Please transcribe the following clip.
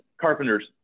carpenters